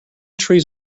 trees